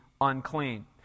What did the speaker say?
unclean